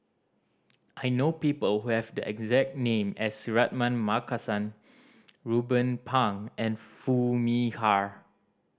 I know people who have the exact name as Suratman Markasan Ruben Pang and Foo Mee Har